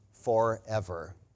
forever